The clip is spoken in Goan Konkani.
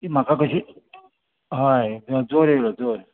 ती म्हाका कशी हय ज जोर आयलो जोर